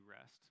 rest